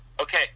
Okay